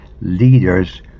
leaders